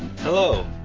Hello